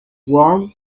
warm